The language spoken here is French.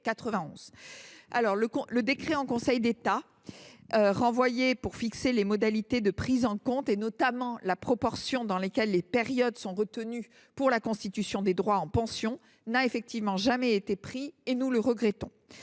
auquel la loi de 1991 renvoyait pour fixer les modalités de prise en compte, notamment la proportion dans lesquelles ces périodes sont retenues pour la constitution des droits à pension, n’a effectivement jamais été pris. Nous le regrettons.